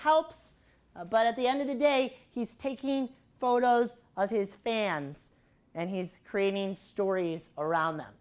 helps but at the end of the day he's taking photos of his fans and he's creating stories around them